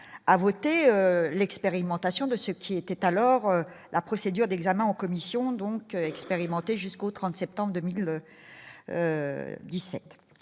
a voté l'expérimentation de ce qui était alors la procédure d'examen en commission donc expérimenter jusqu'au 30 septembre 2017